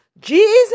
Jesus